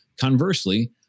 conversely